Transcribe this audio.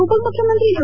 ಉಪಮುಖ್ಯಮಂತ್ರಿ ಡಾ